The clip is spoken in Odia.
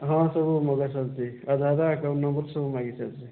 ହଁ ସବୁ ମଗା ସରିଛି ଆଧାର କାର୍ଡ଼ ଆକାଉଣ୍ଟ୍ ନମ୍ବର ସବୁ ମାଗିସାରିଛି